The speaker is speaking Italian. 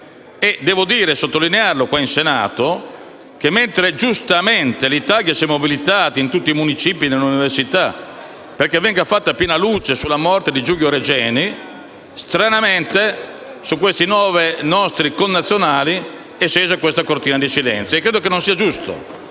Devo sottolineare qui in Senato che, mentre, giustamente, l'Italia si è mobilitata, in tutti i municipi e nelle università, perché venga fatta piena luce sulla morte di Giulio Regeni, stranamente sulla morte di questi nostri nove connazionali è scesa una cortina di silenzio. Ebbene, credo non sia giusto.